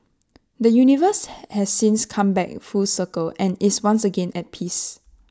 the universe has since come back full circle and is once again at peace